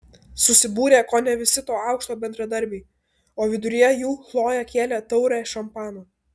susibūrė kone visi to aukšto bendradarbiai o viduryje jų chlojė kėlė taurę šampano